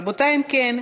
רבותי, אם כן,